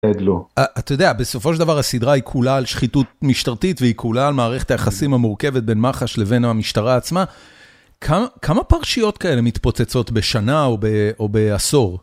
אה לא, אתה יודע, בסופו של דבר הסדרה היא כולה על שחיתות משטרתית והיא כולה על מערכת היחסים המורכבת בין מחש לבין המשטרה עצמה. כמה פרשיות כאלה מתפוצצות בשנה או בעשור?